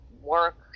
work